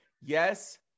Yes